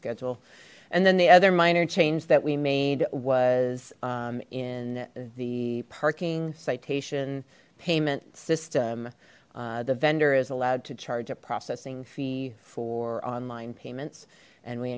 schedule and then the other minor change that we made was in the parking citation payment system the vendor is allowed to charge a processing fee for online payments and we